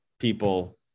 people